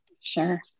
Sure